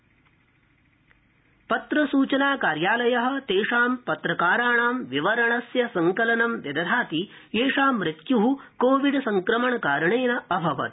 पत्रसूचना कार्यालय पत्रसूचना कार्यालय तेषां पत्रकाराणां विवरणस्य संकलनं विदधाति येषां मृत्यु कोविड सङ्क्रमणकारणेन अभवत्